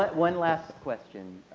but one last question.